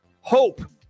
hope